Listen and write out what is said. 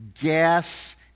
gas